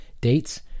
dates